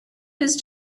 his